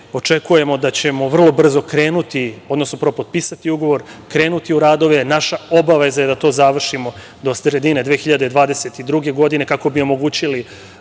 Očekujemo da ćemo vrlo brzo krenuti, odnosno prvo potpisati ugovor, krenuti u radove. Naša obaveza je da to završimo do sredine 2022. godine, kako bi omogućili